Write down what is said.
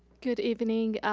good evening.